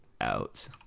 out